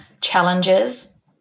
challenges